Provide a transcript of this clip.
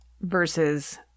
versus